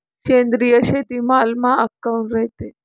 सेंद्रिय शेतीमाल महाग काऊन रायते?